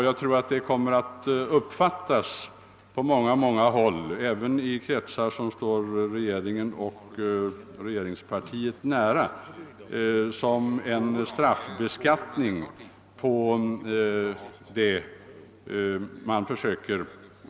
Jag tror att investeringsavgiften på många håll, även i kretsar som står regeringen och regeringspartiet nära, kommer att uppfattas som en straffbeskattning på det arbete som man gör.